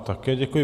Také děkuji.